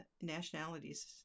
nationalities